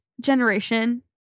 generation